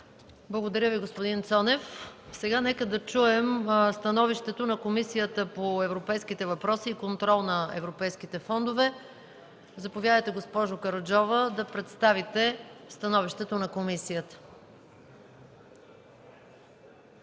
Благодаря Ви, господин Цонев. Сега нека да чуем становището на Комисията по европейските въпроси и контрол на европейските фондове. Заповядайте, госпожо Караджова, да представите становището на комисията.